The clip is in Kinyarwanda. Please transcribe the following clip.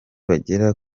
bagera